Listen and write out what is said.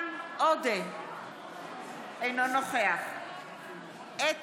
קיש, אינו נוכח גלעד